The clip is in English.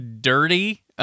dirty